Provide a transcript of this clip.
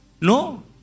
No